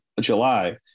July